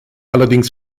allerdings